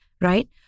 right